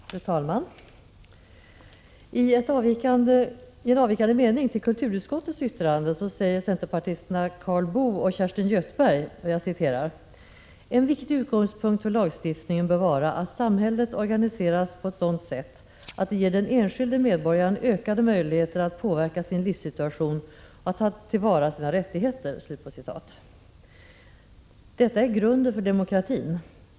Fru talman! I en avvikande mening till kulturutskottets yttrande i anslutning till bostadsutskottets förevarande betänkande säger centerpartisterna Karl Boo och Kerstin Göthberg: ”En viktig utgångspunkt för lagstiftningen bör vara att samhället organiseras på ett sådant sätt att det ger den enskilde medborgaren ökade möjligheter att påverka sin livssituation och att tillvarata sina rättigheter.” Detta är grunden för demokratin.